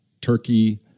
Turkey